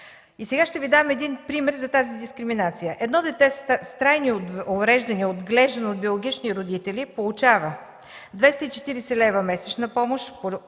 Ще Ви дам един пример за тази дискриминация. Едно дете с трайни увреждания, отглеждано от биологични родители, получава 240 лв. месечна помощ